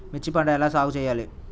మిర్చి పంట ఎలా సాగు చేయాలి?